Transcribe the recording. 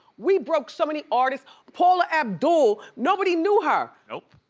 we broke so many artists. paula abdul, nobody knew her. nope.